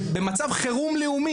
של מצב חירום לאומי?